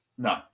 No